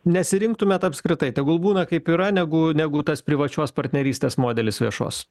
nesirinktumėt apskritai tegul būna kaip yra negu negu tas privačios partnerystės modelis viešos